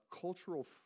cultural